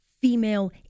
female